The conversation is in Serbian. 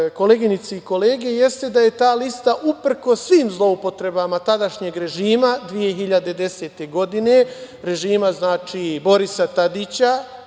koleginice i kolege, jeste da je ta lista uprkos svim zloupotrebama tadašnjeg režima 2010. godine, režima Borisa Tadića